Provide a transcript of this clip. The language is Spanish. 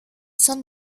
son